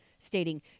stating